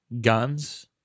guns